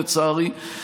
לצערי.